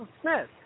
Smith